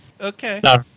Okay